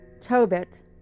Tobit